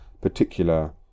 particular